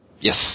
yes